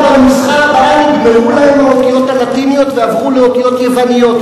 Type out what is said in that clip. בנוסחה הבאה נגמרו להם האותיות הלטיניות ועברו לאותיות יווניות.